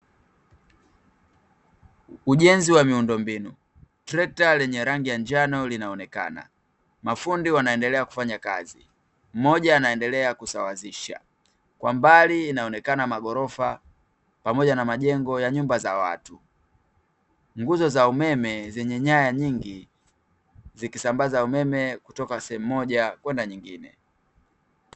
Ujenzi wa miundombinu ,trekta lenye rangi ya njano linaonekana, mafundi wanaendelea kufanya kazi, mmoja anaendelea kusawazisha, kwambali inaonekana maghorofa pamoja na majengo ya nyumba za watu, nguzo za umeme zenye nyaya nyingi, zikisambaza umeme kutoka sehemu moja kwenda nyingine.